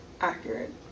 accurate